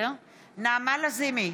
נעמה לזימי,